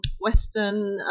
Western